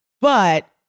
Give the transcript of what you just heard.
But-